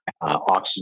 oxygen